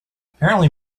apparently